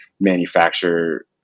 manufacture